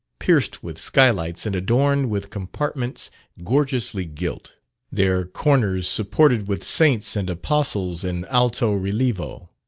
pierced with skylights and adorned with compartments gorgeously gilt their corners supported with saints and apostles in alto relievo.